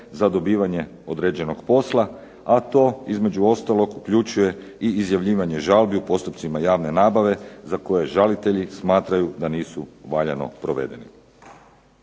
za dobivanje određenog posla, a to između ostalog uključuje i izjavljivanje žalbi u postupcima javne nabave za koje žalitelji smatraju da nisu valjano provedeni.